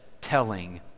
telling